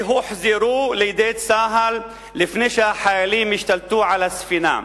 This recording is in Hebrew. והוחזרו לידי צה"ל לפני שהחיילים השתלטו על הספינה.